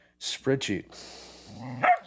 spreadsheet